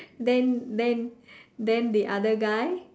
then then then the other guy